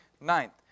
Ninth